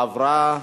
עברה.